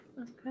Okay